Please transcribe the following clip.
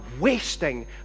wasting